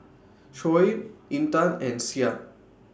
Shoaib Intan and Syah